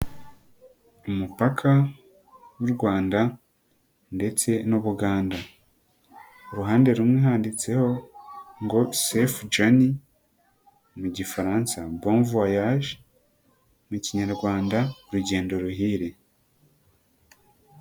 Umupaka w'u Rwanda ndetse n'u Buganda ruhande rumwe handitseho ngo sefu jani, mu gifaransa bo vuwayaje, mu kinyarwanda urugendo ruhire.